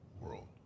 world